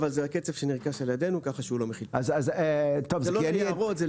אבל זה הקצף שנרכש על ידינו ככה שהוא לא מכיל PFAS. זה לא ליערות.